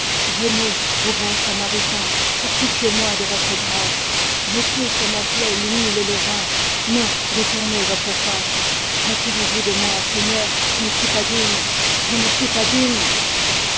venez ô bon samaritain fortifiez moi de votre grâce mettez sur ma plaie l'huile et le vin non détournez votre face retirez-vous de moi seigneur je ne suis pas digne je ne suis pas digne